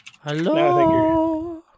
Hello